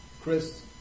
Chris